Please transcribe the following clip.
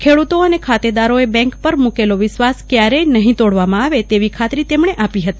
ખેડૂતો અને ખાતેદારોએ બેંક પર મુકેલો વિશ્વાસ ક્યારેય નહીં તોડવામાં આવે તેવી ખાત્રી તેમણે આપી હતી